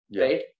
right